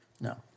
no